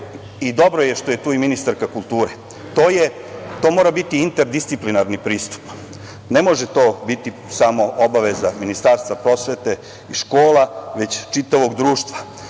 školi. Dobro je što je tu ministarka kulture, to mora biti interdisciplinarni pristup, ne može to biti samo obaveza Ministarstva prosvete i škola, već čitavog društva,